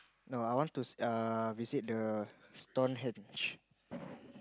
no I want to see err visit the Stonehenge